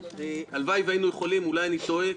הלוואי והיינו יכולים אולי אני טועה,